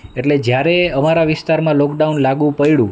એટલે જ્યારે અમારા વિસ્તારમાં લોકડાઉન લાગુ પડ્યુ